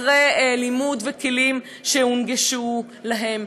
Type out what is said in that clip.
אחרי לימוד וכלים שהונגשו להן,